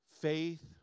faith